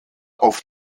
auf